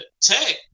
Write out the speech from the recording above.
Tech